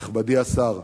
נכבדי השר,